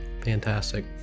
Fantastic